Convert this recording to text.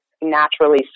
naturally